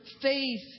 faith